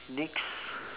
next